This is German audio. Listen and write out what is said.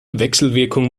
wechselwirkung